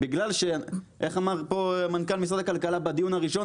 בגלל שאיך אמר פה מנכ"ל משרד הכלכלה בדיון הראשון?